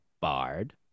bard